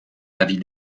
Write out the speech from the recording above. avis